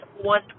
one